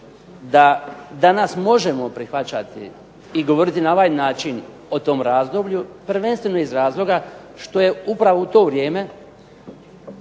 danas možemo prihvaćati i govoriti na ovaj način o tom razdoblju, prvenstveno iz razloga što je upravo u to vrijeme